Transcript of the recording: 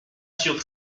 sur